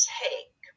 take